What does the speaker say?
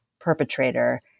perpetrator